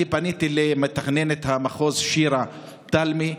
פניתי למתכננת המחוז שירה תלמי,